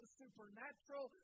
supernatural